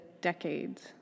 decades